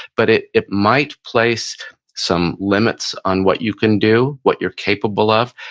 but it it might place some limits on what you can do, what you're capable of.